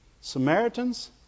Samaritans